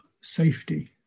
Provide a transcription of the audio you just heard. safety